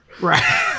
Right